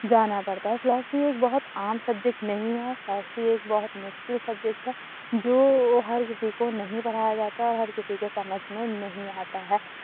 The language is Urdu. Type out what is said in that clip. جانا پڑتا ہے فلاسفی ایک بہت عام سبجکٹ نہیں ہے فلاسفی ایک بہت مشکل سبجیکٹ ہے جو ہر کسی کو نہیں پڑھایا جاتا اور ہر کسی کے سمجھ میں نہیں آتا ہے